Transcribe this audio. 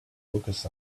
focus